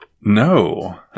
No